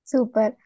Super